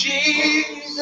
Jesus